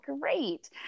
great